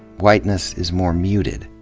whiteness is more muted.